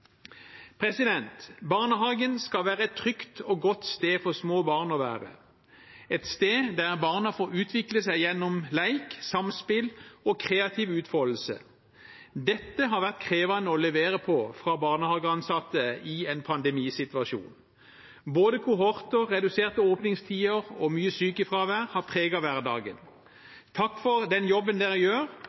Barnehagen skal være et trygt og godt sted for små barn å være – et sted der barna får utvikle seg gjennom lek, samspill og kreativ utfoldelse. Dette har vært krevende å levere på fra barnehageansatte i en pandemisituasjon. Både kohorter, reduserte åpningstider og mye sykefravær har preget hverdagen. Takk for den jobben dere gjør,